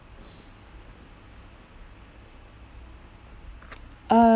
uh